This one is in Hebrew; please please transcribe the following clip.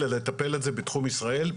אלא לטפל בזה בתחום ישראל.